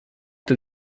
der